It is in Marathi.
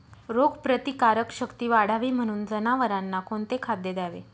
रोगप्रतिकारक शक्ती वाढावी म्हणून जनावरांना कोणते खाद्य द्यावे?